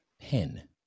pen